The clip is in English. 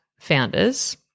founders